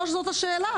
לא זאת השאלה,